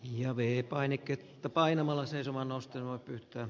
ja vie painiketta painamalla seisomaan nousten voi pyytää